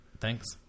Thanks